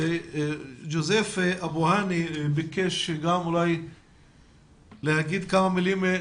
ג'וזף אבו האני ביקש לומר כמה מילים.